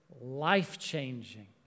life-changing